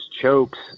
chokes